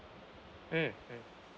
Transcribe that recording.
mm mm